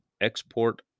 export